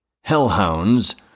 hellhounds